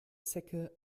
zecke